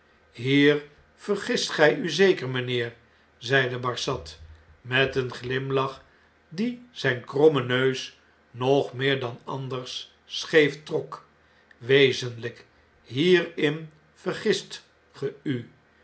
hierin vergist gij u zeker mijnheer zeide barsad met een glimlach die zp krommen neus nog meer dan anders scheef trok wezenlp hierin vergist ge u